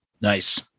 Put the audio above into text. Nice